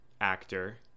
actor